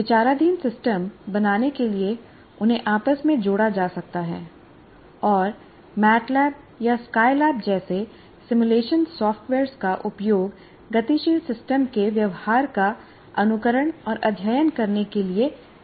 विचाराधीन सिस्टम बनाने के लिए उन्हें आपस में जोड़ा जा सकता है और एमएटीएलएबी या स्काई लैब जैसे सिमुलेशन सॉफ़्टवेयर का उपयोग गतिशील सिस्टम के व्यवहार का अनुकरण और अध्ययन करने के लिए किया जा सकता है